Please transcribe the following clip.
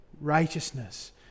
righteousness